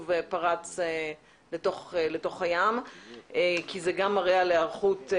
פרץ לתוך הים כי זה גם מראה על היערכות.